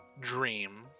dream